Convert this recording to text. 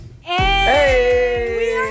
Hey